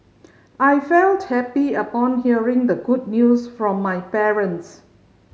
I felt happy upon hearing the good news from my parents